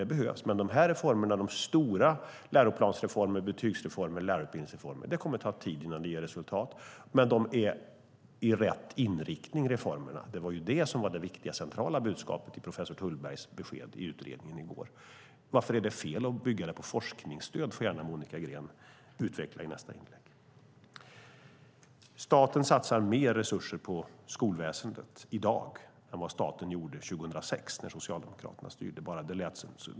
Det kommer att ta tid innan de här reformerna, de stora läroplansreformerna, betygsreformerna och lärarutbildningsreformerna, ger resultat. Men reformerna har rätt inriktning, och det var ju det som var det viktiga, centrala budskapet i professor Thullbergs besked i utredningen i går. Varför är det fel att bygga på forskningsstöd? Det får gärna Monica Green utveckla i nästa inlägg. Staten satsar mer resurser på skolväsendet i dag än vad staten gjorde 2006 när Socialdemokraterna styrde.